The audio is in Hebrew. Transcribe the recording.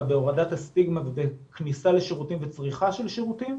בהורדת הסטיגמה בכניסה לשירותים וצריכה של שירותים,